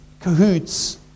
cahoots